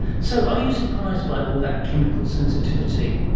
so, are you surprised by all that chemical sensitivity,